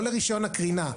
לא לרישיון הקרינה,